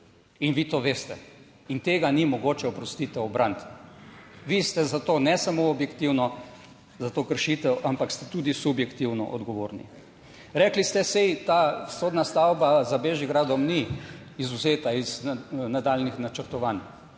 in vi to veste in tega ni mogoče, oprostite, ubraniti. Vi ste za to, ne samo objektivno, za to kršitev, ampak ste tudi subjektivno odgovorni. Rekli ste, saj ta sodna stavba za Bežigradom ni izvzeta iz nadaljnjih načrtovanj,